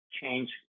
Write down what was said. change